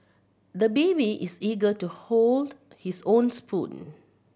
the baby is eager to hold his own spoon